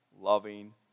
loving